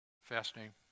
Fascinating